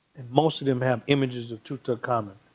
and most of them have images of tutankhamen.